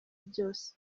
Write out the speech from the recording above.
byose